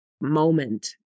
moment